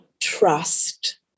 trust